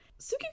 Suki